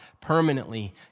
permanently